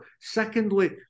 Secondly